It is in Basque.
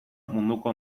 munduko